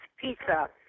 Pizza